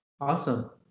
Awesome